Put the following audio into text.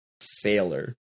Sailor